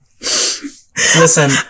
listen